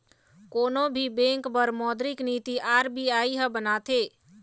कोनो भी बेंक बर मोद्रिक नीति आर.बी.आई ह बनाथे